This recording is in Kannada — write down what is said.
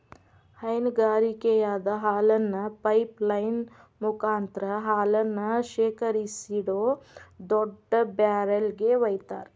ಹೈನಗಾರಿಕೆಯಾಗ ಹಾಲನ್ನ ಪೈಪ್ ಲೈನ್ ಮುಕಾಂತ್ರ ಹಾಲನ್ನ ಶೇಖರಿಸಿಡೋ ದೊಡ್ಡ ಬ್ಯಾರೆಲ್ ಗೆ ವೈತಾರ